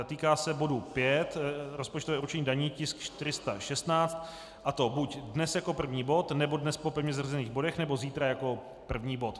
Týká se bodu 5, rozpočtové určení daní, tisk 416, a to buď dnes jako první bod nebo dnes po pevně zařazených bodech nebo zítra jako první bod.